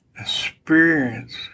experience